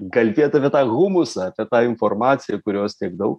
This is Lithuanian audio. kalbėt apie tą humusą apie tą informaciją kurios tiek dau